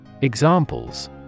Examples